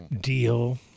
deal